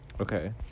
Okay